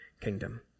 kingdom